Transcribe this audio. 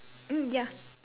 oh ya